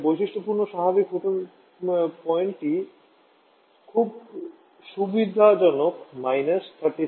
এর বৈশিষ্ট্যযুক্ত স্বাভাবিক স্ফুটনাঙ্ক খুব সুবিধাজনক −35 0C